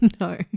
No